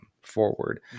forward